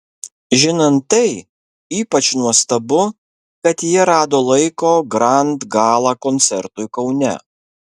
žinant tai ypač nuostabu kad ji rado laiko grand gala koncertui kaune